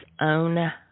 own